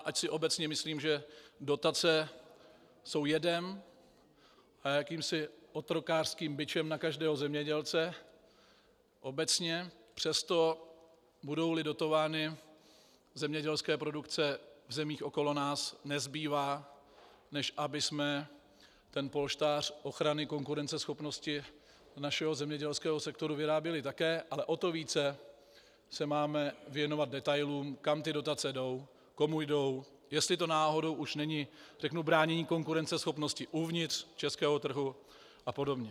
Ač si obecně myslím, že dotace jsou jedem a jakýmsi otrokářským bičem na každého zemědělce obecně, přesto budouli dotovány zemědělské produkce v zemích okolo nás, nezbývá, než abychom ten polštář ochrany konkurenceschopnosti našeho zemědělského sektoru vyráběli také, ale o to více se máme věnovat detailům, kam ty dotace jdou, komu jdou, jestli to náhodou už není řeknu bránění konkurenceschopnosti uvnitř českého trhu apod.